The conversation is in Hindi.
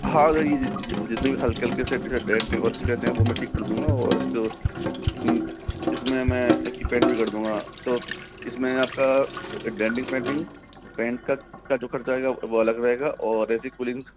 हाँ यह जितने भी हलके फुल्के डेंट और स्क्रेच हैं वह मैं ठीक कर दूँगा और इसको इसमें मैं पेंट भी कर दूँगा तो इसमें आपका डेंटिंग पेंटिंग फैन का जो खर्चा आएगा वह अलग रहेगा और ए सी कूलिंग